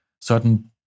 certain